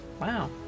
Wow